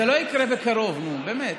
זה לא יקרה בקרוב, נו, באמת.